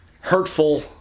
hurtful